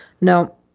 Now